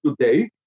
today